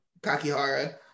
Kakihara